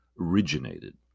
originated